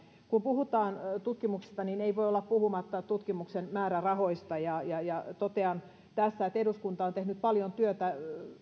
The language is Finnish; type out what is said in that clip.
kun puhutaan tutkimuksista niin ei voi olla puhumatta tutkimuksen määrärahoista ja ja totean tässä että eduskunta on tehnyt paljon työtä